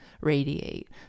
radiate